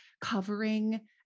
covering